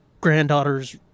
granddaughter's